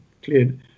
Cleared